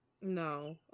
No